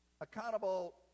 accountable